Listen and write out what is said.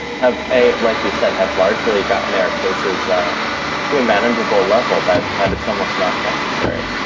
have a like you said, have largely gotten their cases to a manageable level, that that it's almost not necessary.